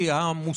המשמעותי,